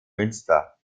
münster